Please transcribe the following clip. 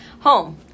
home